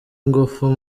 ingufu